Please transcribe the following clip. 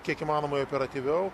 kiek įmanomai operatyviau